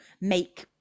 make